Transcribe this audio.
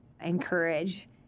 encourage